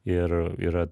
ir yra